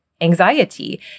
anxiety